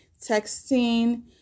texting